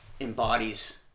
embodies